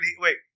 wait